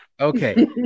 Okay